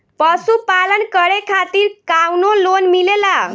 पशु पालन करे खातिर काउनो लोन मिलेला?